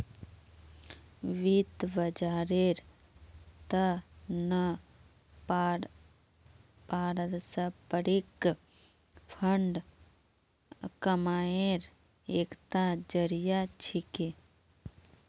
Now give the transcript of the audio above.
वित्त बाजारेर त न पारस्परिक फंड कमाईर एकता जरिया छिके